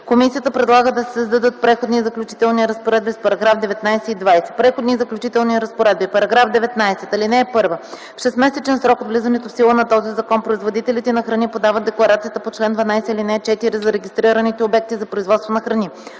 Комисията предлага да се създадат Преходни и заключителни разпоредби с параграфи 19 и 20: „Преходни и заключителни разпоредби § 19. (1) В 6-месечен срок от влизането в сила на този закон производителите на храни подават декларацията по чл. 12, ал. 4 за регистрираните обекти за производство на храни.